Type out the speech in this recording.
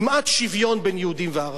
כמעט שוויון בין יהודים וערבים.